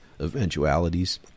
eventualities